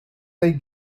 they